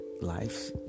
Life